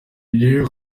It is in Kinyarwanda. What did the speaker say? njyewe